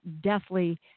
deathly